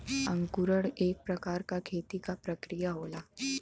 अंकुरण एक प्रकार क खेती क प्रक्रिया होला